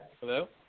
Hello